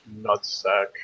nutsack